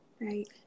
Right